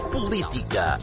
Política